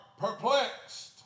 perplexed